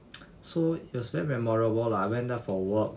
so it's very memorable lah I went there for work